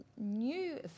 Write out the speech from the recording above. New